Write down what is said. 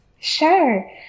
Sure